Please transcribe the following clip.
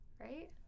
right